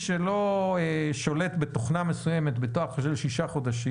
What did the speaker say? שלא שולט בתוכנה מסוימת בתוך שישה חודשים,